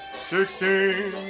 Sixteen